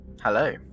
Hello